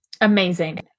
Amazing